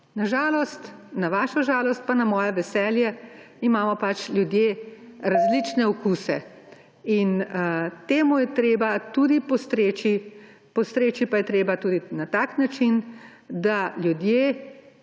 Na žalost, na vašo žalost pa na moje veselje, imamo pač ljudje različne okuse. Temu je treba tudi postreči, postreči pa je treba na tak način, da ljudje